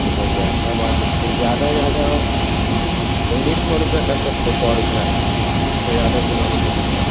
تو جب ویسا بات ہے تو پھر زیادہ زیادہ انیس سو روپیہ کر سکتے سو روپیہ اس سے زیادہ تو نہ ہو سکتا ہے